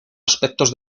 aspectos